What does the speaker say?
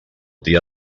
dia